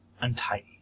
untidy